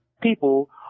people